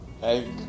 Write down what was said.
hey